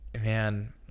man